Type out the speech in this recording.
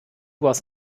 was